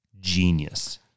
genius